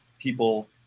people